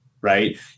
right